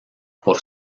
por